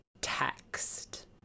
text